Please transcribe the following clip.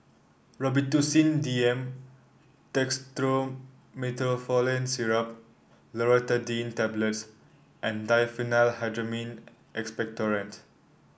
Robitussin D M Dextromethorphan Syrup Loratadine Tablets and Diphenhydramine Expectorant